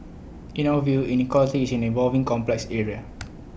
in our view inequality is an evolving complex area